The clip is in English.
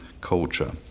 culture